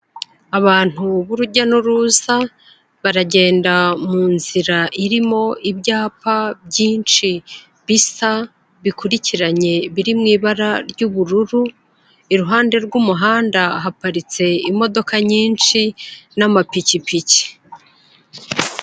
Abantu b'urujya n'uruza baragenda mu nzira irimo ibyapa byinshi bisa, bikurikiranye biri mu ibara ry'ubururu, iruhande rw'umuhanda, haparitse imodoka nyinshi n'amapikipiki.